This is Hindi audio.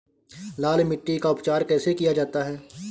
लाल मिट्टी का उपचार कैसे किया जाता है?